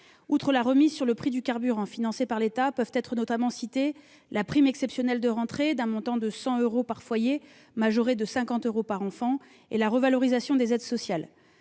Outre la remise sur le prix du carburant, financée par l'État, peuvent être notamment citées la prime exceptionnelle de rentrée, d'un montant de 100 euros par foyer, majoré de 50 euros par enfant, et la revalorisation des aides sociales.